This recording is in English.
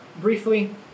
briefly